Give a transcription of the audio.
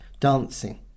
Dancing